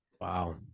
Wow